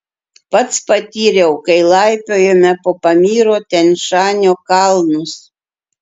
pats patyriau kai laipiojome po pamyro tian šanio kalnus